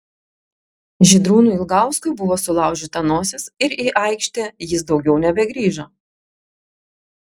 žydrūnui ilgauskui buvo sulaužyta nosis ir į aikštę jis daugiau nebegrįžo